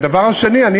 הדבר השני, אני